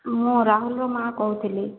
ମୁଁ ରାହୁଲର ମା କହୁଥିଲି